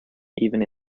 even